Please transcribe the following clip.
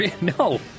No